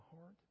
heart